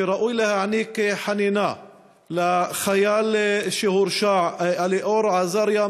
שראוי להעניק חנינה לחייל שהורשע אלאור אזריה,